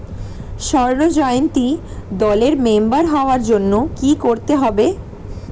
স্বর্ণ জয়ন্তী দলের মেম্বার হওয়ার জন্য কি করতে হবে?